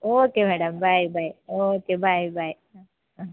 okay madam bye bye okay bye bye ಹಾಂ